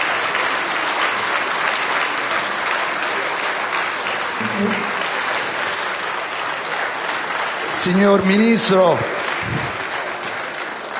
signor Ministro,